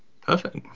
Perfect